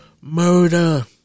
murder